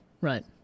Right